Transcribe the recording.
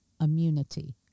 immunity